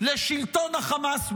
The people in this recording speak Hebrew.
לשלטון החמאס בעזה.